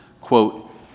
quote